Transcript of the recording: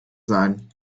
sein